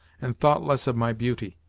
and thought less of my beauty!